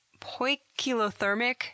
poikilothermic